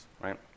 right